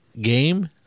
game